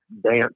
dance